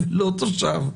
לא תושב,